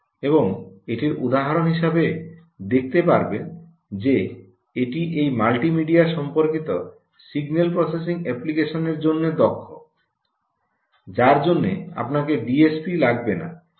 এবং এটির উদাহরণ হিসাবে দেখতে পারবেন যে এটি এই মাল্টিমিডিয়া সম্পর্কিত সিগন্যাল প্রসেসিং অ্যাপ্লিকেশনগুলির জন্য দক্ষ যার জন্য আপনাকে ডিএসপি লাগবে না